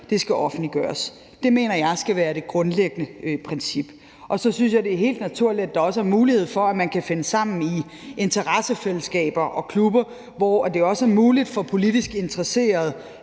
det offentliggøres. Det mener jeg skal være det grundlæggende princip. Så synes jeg, det er helt naturligt, at der også er mulighed for, at man kan finde sammen i interessefællesskaber og klubber, hvor det også er muligt for politisk interesserede